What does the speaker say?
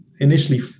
initially